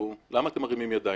למה אתם מרימים ידיים?